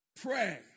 pray